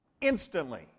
Instantly